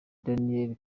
daniel